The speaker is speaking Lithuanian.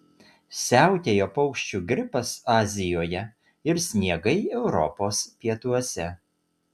siautėjo paukščių gripas azijoje ir sniegai europos pietuose